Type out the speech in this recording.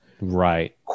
right